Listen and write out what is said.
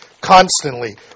constantly